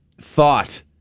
thought